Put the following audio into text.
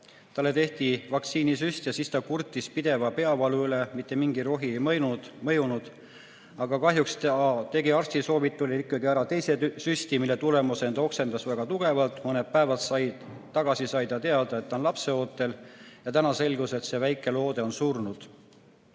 Talle tehti vaktsiinisüst ja siis ta kurtis pideva peavalu üle, mitte mingi rohi ei mõjunud. Aga kahjuks ta tegi arsti soovitusel ikkagi ära teise süsti, mille tõttu ta oksendas väga tugevalt. Mõned päevad tagasi sai ta teada, et ta on lapseootel, ja täna selgus, et see väike loode on surnud.